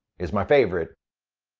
is my favorite,